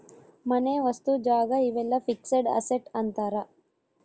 ಮನೆ ವಸ್ತು ಜಾಗ ಇವೆಲ್ಲ ಫಿಕ್ಸೆಡ್ ಅಸೆಟ್ ಅಂತಾರ